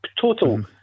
total